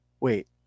wait